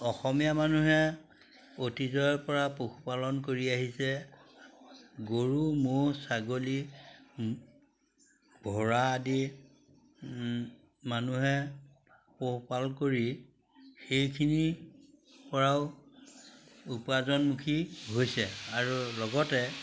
অসমীয়া মানুহে অতীজৰ পৰা পশুপালন কৰি আহিছে গৰু ম'হ ছাগলী ভেড়া আদি মানুহে পশুপালন কৰি সেইখিনি পৰাও উপাৰ্জনমুখী হৈছে আৰু লগতে